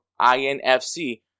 INFC